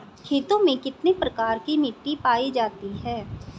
खेतों में कितने प्रकार की मिटी पायी जाती हैं?